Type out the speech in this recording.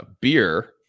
beer